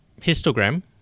histogram